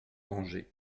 dangers